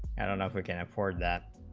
and and who can afford that